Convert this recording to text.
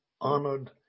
honored